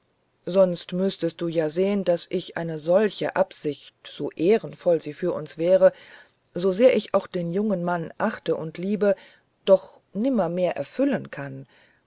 sonst müßtest du ja sehen daß ich eine solche absicht so ehrenvoll sie für uns wäre so sehr ich auch den jungen mann achte und liebe doch nimmermehr erfüllen könnte